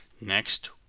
next